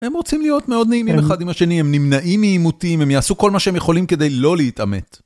הם רוצים להיות מאוד נעימים אחד עם השני, הם נמנעים מעימותיים, הם יעשו כל מה שהם יכולים כדי לא להתעמת.